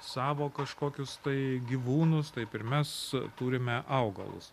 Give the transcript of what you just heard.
savo kažkokius tai gyvūnus taip ir mes turime augalus